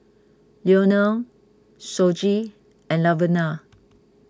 Leonel Shoji and Laverna